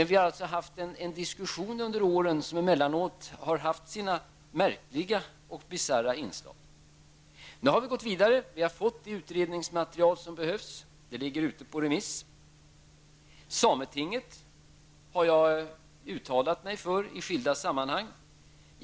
Vi har således haft en diskussion under åren, emellanåt med märkliga och bisarra inslag. Nu har vi gått vidare. Vi har fått det utredningsmaterial som behövs. Det ligger ute på remiss. Jag har uttalat mig för sametinget i skilda sammanhang.